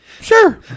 Sure